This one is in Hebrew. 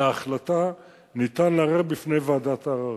על ההחלטה ניתן לערער בפני ועדת העררים.